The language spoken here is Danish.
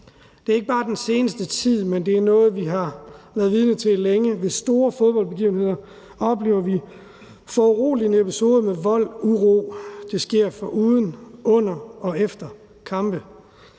der er sket den seneste tid, men det er noget, vi har været vidne til længe. Ved store fodboldbegivenheder oplever vi foruroligende episoder med vold og uro. Det sker inden, under og efter kampene.